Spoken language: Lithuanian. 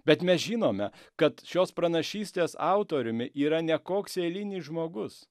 bet mes žinome kad šios pranašystės autoriumi yra ne koks eilinis žmogus